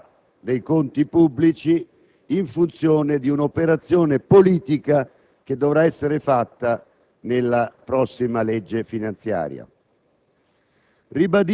la realtà dei conti pubblici, in funzione di un'operazione politica che dovrà essere fatta nella prossima legge finanziaria.